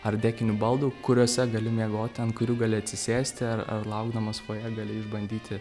art dekinių baldų kuriuose gali miegoti ant kurių gali atsisėsti ar laukdamas foje gali išbandyti